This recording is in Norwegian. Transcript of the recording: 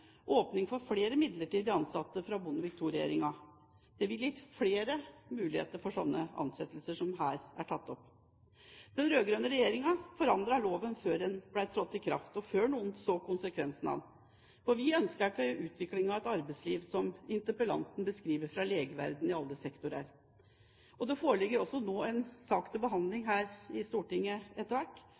åpning for flere midlertidig ansatte fra Bondevik II-regjeringen. Det ville gitt flere muligheter for slike ansettelser som her er tatt opp. Den rød-grønne regjeringen forandret loven før den trådte i kraft og før noen så konsekvensene av den, for vi ønsket ikke utviklingen av et arbeidsliv som interpellanten beskriver fra legeverdenen, i alle sektorer. Det foreligger også nå en sak til behandling etter hvert her i Stortinget